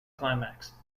climax